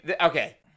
okay